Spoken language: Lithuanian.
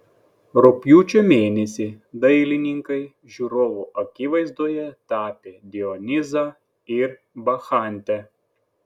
rugpjūčio mėnesį dailininkai žiūrovų akivaizdoje tapė dionizą ir bakchantę